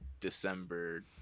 december